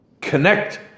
connect